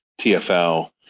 TFL